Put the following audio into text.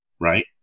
right